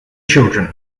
children